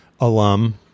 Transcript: alum